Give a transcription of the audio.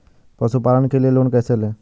पशुपालन के लिए लोन कैसे लें?